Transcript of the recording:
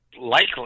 likely